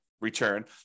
Return